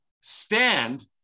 stand